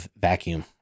vacuum